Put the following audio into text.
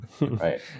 Right